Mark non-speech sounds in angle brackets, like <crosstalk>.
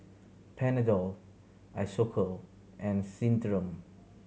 Panadol Isocal and <unintelligible>